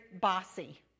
bossy